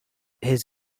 his